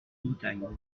bretagne